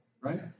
right